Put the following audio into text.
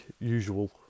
usual